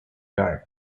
dark